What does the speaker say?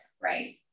right